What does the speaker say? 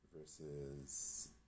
versus